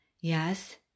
Yes